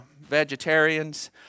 vegetarians